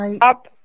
up